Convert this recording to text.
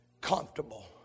comfortable